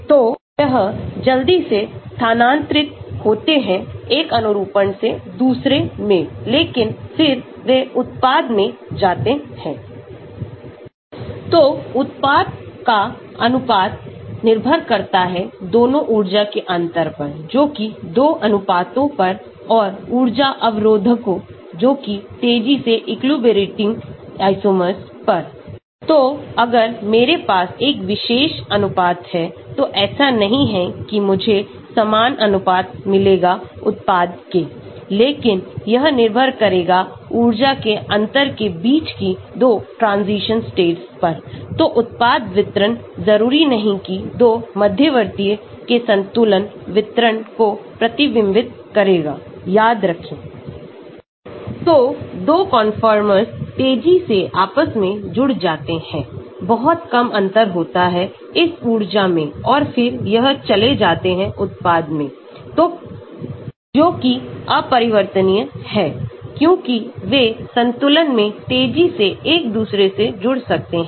तो यह जल्दी से स्थानांतरितहोते हैं एक अनुरूपण से दूसरे में लेकिन फिर वे उत्पाद में जाते हैं